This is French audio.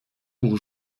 pour